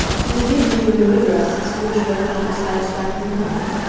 you will give me your new address as soon as you have found a satisfactory home?